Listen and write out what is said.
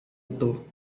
itu